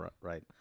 right